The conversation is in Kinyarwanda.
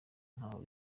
ntaho